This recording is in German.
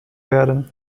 werden